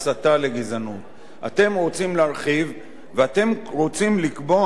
אתם רוצים להרחיב ואתם רוצים לקבוע שבסופו